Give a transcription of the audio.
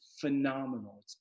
phenomenal